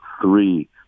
three